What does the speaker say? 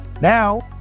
Now